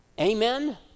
Amen